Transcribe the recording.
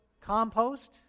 Compost